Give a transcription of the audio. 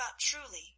truly